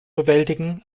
bewältigen